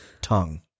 tongue